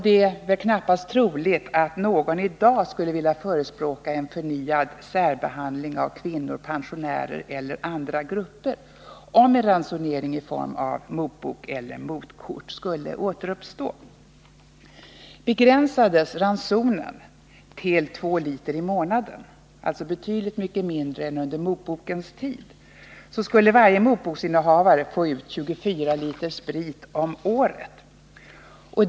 Det är knappast troligt att någon i dag skulle vilja förespråka en förnyad särbehandling av kvinnor, pensionärer eller andra grupper, om en ransonering i form av motbok eller motkort skulle återuppstå. Begränsades ransonen till två liter i månaden, alltså betydligt mycket mindre än under motbokens tid, skulle varje motboksinnehavare få ut 24 liter sprit om året.